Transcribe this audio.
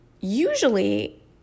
Usually